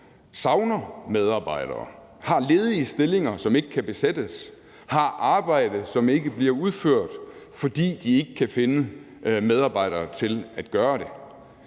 savner medarbejdere, har ledige stillinger, som ikke kan besættes, og har arbejde, som ikke bliver udført, fordi de ikke kan finde medarbejdere til at gøre det.